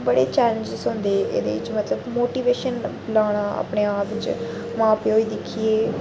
बड़े चैलंज्स होंदे एह्दे च मोटिवेशन लाना अपने आप च मां प्यो गी दिक्खियै